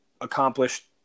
accomplished